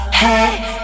hey